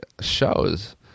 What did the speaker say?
shows